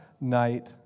night